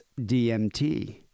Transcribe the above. DMT